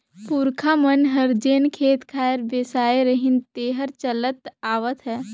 पूरखा मन हर जेन खेत खार बेसाय रिहिन तेहर चलत आवत हे